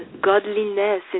godliness